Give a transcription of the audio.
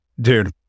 Dude